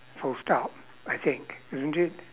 full stop I think isn't it